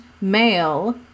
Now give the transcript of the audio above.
male